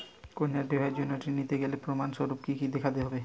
কন্যার বিবাহের জন্য ঋণ নিতে গেলে প্রমাণ স্বরূপ কী কী দেখাতে হবে?